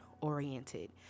oriented